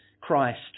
Christ